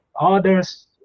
Others